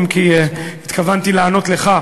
אם כי התכוונתי לענות לך,